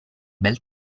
bel